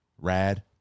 Rad